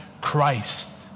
Christ